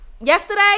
yesterday